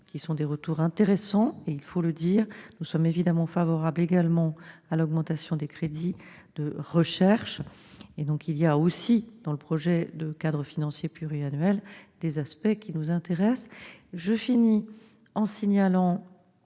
nous avons des retours possibles intéressants, il faut le dire. Nous sommes évidemment favorables également à l'augmentation des crédits de recherche. Donc il y a aussi dans le projet de cadre financier pluriannuel des aspects qui nous intéressent. Je conclus en signalant